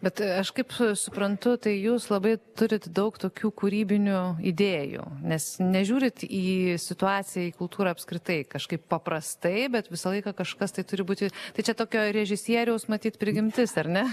bet aš kaip suprantu tai jūs labai turit daug tokių kūrybinių idėjų nes nežiūrit į situaciją į kultūrą apskritai kažkaip paprastai bet visą laiką kažkas tai turi būti tai čia tokio režisieriaus matyt prigimtis ar ne